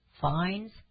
Fines